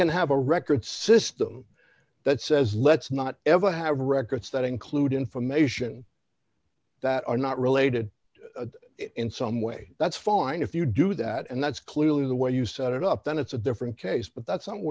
can have a record system that says let's not ever have records that include information that are not related in some way that's fine if you do that and that's clearly the way you set it up then it's a different case but that's